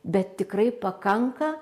bet tikrai pakanka